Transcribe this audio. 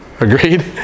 Agreed